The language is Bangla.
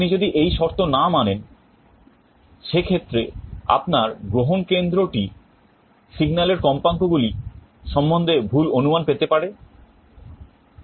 আপনি যদি এই শর্ত না মানেন সেক্ষেত্রে আপনার গ্রহণকেন্দ্রটি signal এর কম্পাঙ্কগুলি সম্বন্ধে ভুল অনুমান পেতে পারে